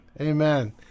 Amen